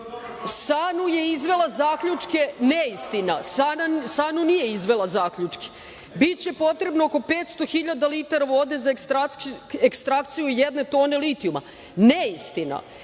SANU je izvela zaključke - neistina, SANU nije izvela zaključke. Biće potrebno oko 500 hiljada litara vode za ekstrakciju jedne tone litijuma - neistina,